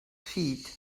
feet